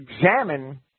examine